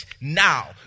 now